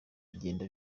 bigenda